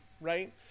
right